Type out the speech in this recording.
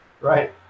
Right